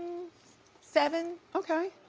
seven. okay,